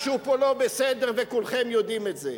משהו פה לא בסדר, וכולכם יודעים את זה.